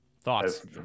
thoughts